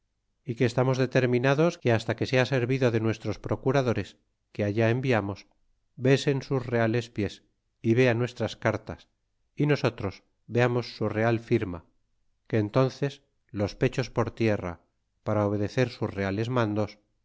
y que estamos determinados que hasta que sea servido de nuestros procuradores que allá enviamos besen sus reales pies y vea nuestras cartas y nosotros veamos su real firma que entónces los pechos por tierra para obedecer sus reales mandos